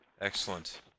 excellent